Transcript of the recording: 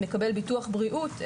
מקבל ביטוח בריאות.